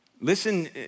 Listen